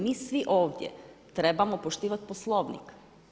Mi svi ovdje trebamo poštivati Poslovnik.